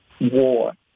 war